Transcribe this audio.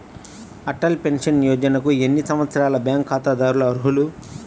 Atal pension యోజనకు ఎన్ని సంవత్సరాల బ్యాంక్ ఖాతాదారులు అర్హులు?